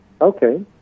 okay